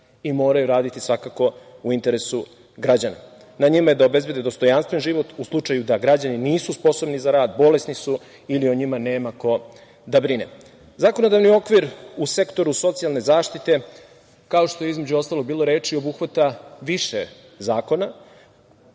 i moraju raditi u interesu građana, na njima je da obezbede dostojanstven život u slučaju da građani nisu sposobni za rad, bolesni su ili o njima nema ko da brine. Zakonodavni okvir u sektoru socijalne zaštite, kao što je bilo reči, obuhvata više zakona,